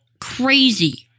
crazy